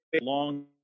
long